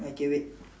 okay wait